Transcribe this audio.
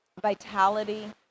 vitality